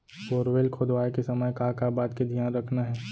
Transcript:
Borewell खोदवाए के समय का का बात के धियान रखना हे?